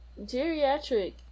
Geriatric